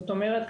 זאת אומרת,